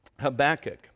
Habakkuk